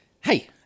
Hey